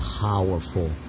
powerful